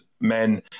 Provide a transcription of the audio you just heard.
men